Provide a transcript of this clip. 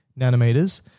nanometers